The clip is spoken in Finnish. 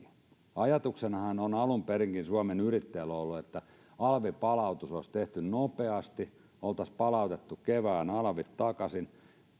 ajatuksenahan on alun perinkin suomen yrittäjillä ollut että alvipalautus olisi tehty nopeasti oltaisiin palautettu kevään alvit takaisin